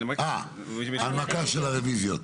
הנמקה של הרביזיות.